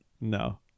no